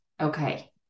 Okay